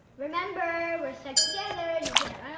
remember we're stuck together and you can't